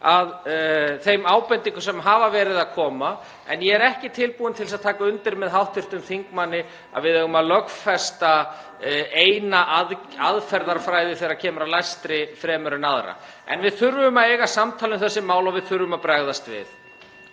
ég þeim ábendingum sem hafa verið að koma. En ég er ekki tilbúinn til þess að taka undir (Forseti hringir.) með hv. þingmanni um að við eigum að lögfesta eina aðferðafræði þegar kemur að lestri fremur en aðra. En við þurfum að eiga samtal um þessi mál og við þurfum að bregðast við.